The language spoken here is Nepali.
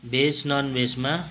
भेज नन भेजमा